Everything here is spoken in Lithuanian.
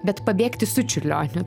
bet pabėgti su čiurlioniu